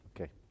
Okay